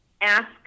ask